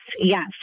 yes